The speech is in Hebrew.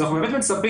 אז אנחנו באמת מצפים,